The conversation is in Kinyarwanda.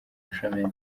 bushomeri